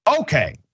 Okay